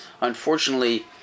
unfortunately